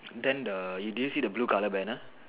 then the do you see the blue colour banner